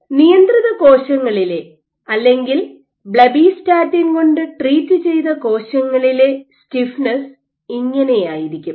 നിയന്ത്രിതകോശങ്ങളിലെ അല്ലെങ്കിൽ ബ്ലെബ്ബിസ്റ്റാറ്റിൻ കൊണ്ട് ട്രീറ്റ് ചെയ്ത കോശങ്ങളിലെ സ്റ്റിഫ്നെസ്സ് ഇങ്ങനെയായിരിക്കും